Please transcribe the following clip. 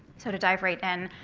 so to dive right in,